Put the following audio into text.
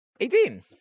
18